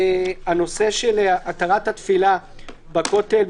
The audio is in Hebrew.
הנושא של התרת התפילה בכותל,